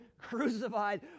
crucified